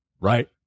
Right